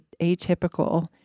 atypical